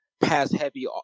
pass-heavy